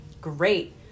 great